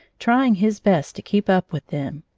trying his best to keep up with them.